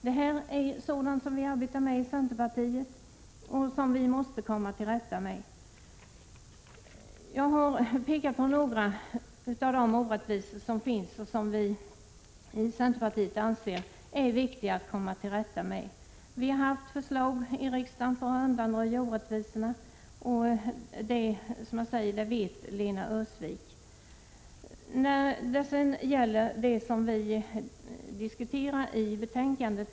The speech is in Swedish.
Detta är sådana frågor vi arbetar med i centerpartiet. Jag har pekat på några av de orättvisor som finns och som det är viktigt att komma till rätta med. Vi har lagt fram förslag i riksdagen för att undanröja dessa orättvisor — det vet Lena Öhrsvik. En del av dessa förslag återkommer i de reservationer vi avgivit i det nu aktuella betänkandet.